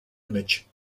image